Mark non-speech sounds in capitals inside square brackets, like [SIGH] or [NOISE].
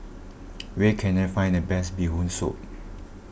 [NOISE] where can I find the best Bee Hoon Soup